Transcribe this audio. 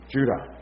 Judah